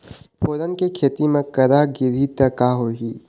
फोरन के खेती म करा गिरही त का होही?